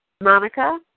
Monica